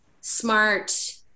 smart